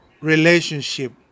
relationship